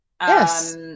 yes